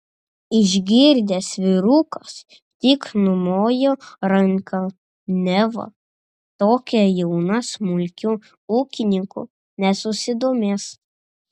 išgirdęs vyrukas tik numojo ranka neva tokia jauna smulkiu ūkininku nesusidomės